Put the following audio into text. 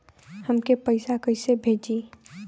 हमके पैसा कइसे भेजी?